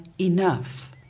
enough